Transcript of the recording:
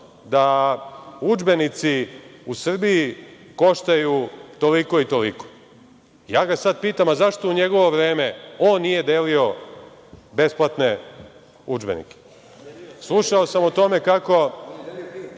da udžbenici u Srbiji koštaju toliko i toliko. Ja ga sada pitam – zašto u njegovo vreme on nije delio besplatne udžbenike? On je delio